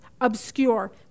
obscure